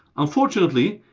unfortunately,